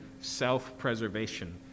self-preservation